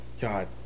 God